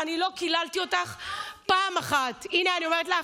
אני לא קיללתי אותך פעם אחת, הינה, אני אומרת לך,